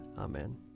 Amen